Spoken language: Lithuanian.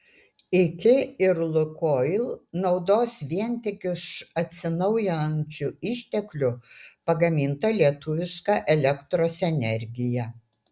iki ir lukoil naudos vien tik iš atsinaujinančių išteklių pagamintą lietuvišką elektros energiją